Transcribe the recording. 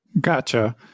Gotcha